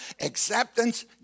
acceptance